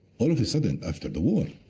all of a sudden after the war,